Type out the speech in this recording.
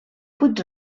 puig